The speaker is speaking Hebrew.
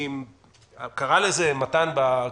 קרא לזה מתן כהנא,